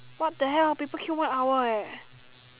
what the hell people queue one hour eh